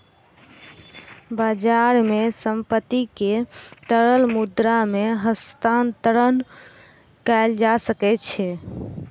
बजार मे संपत्ति के तरल मुद्रा मे हस्तांतरण कयल जा सकै छै